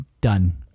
Done